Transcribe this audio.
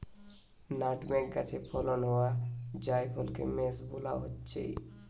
nutmeg গাছে ফলন হোয়া জায়ফলকে মেস বোলা হচ্ছে